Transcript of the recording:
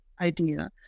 idea